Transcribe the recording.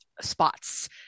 spots